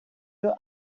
your